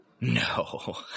No